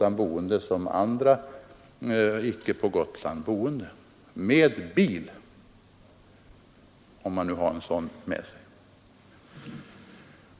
av bil — om man nu har en sådan med sig — åt såväl på Gotland boende som åt andra.